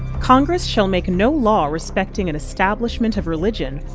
congress shall make no law respecting an establishment of religion,